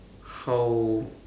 how